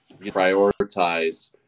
prioritize